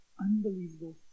unbelievable